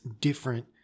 different